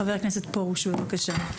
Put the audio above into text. חבר הכנסת פרוש בבקשה.